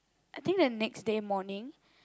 I think the next day morning